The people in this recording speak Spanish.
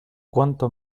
cuánto